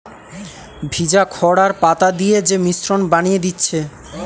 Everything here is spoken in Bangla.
ভিজা খড় আর পাতা দিয়ে যে মিশ্রণ বানিয়ে দিচ্ছে